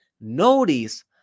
Notice